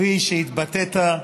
כפי שהתבטאת,